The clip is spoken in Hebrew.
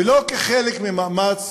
ולא כחלק ממאמץ